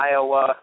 Iowa